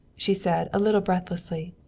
she said a little breathlessly.